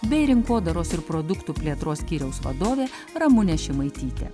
bei rinkodaros ir produktų plėtros skyriaus vadovė ramunė šimaitytė